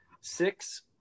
six